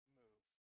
move